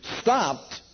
stopped